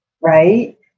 Right